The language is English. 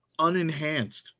unenhanced